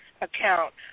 account